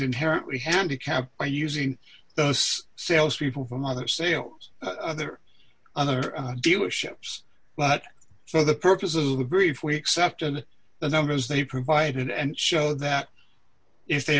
inherently handicapped by using those sales people from other sales other other dealerships but for the purposes of the brief we accept and the numbers they provide and show that if they